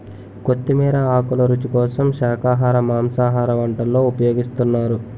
కొత్తిమీర ఆకులు రుచి కోసం శాఖాహార మాంసాహార వంటల్లో ఉపయోగిస్తున్నారు